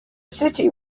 city